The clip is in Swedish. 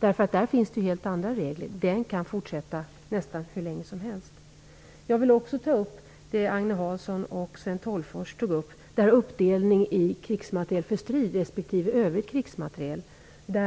Där finns helt andra regler. Det kan fortsätta nästan hur länge som helst. Agne Hansson och Sten Tolgfors tog upp detta med uppdelningen i krigsmateriel för strid respektive övrig krigsmateriel.